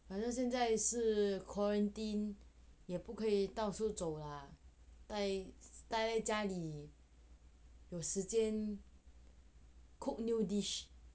反正现在是 quarantine 也不可以到处走 what 呆呆在家里有时间 cook new dish